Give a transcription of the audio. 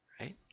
Right